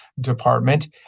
Department